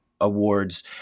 awards